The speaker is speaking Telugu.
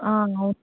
అవును